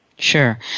Sure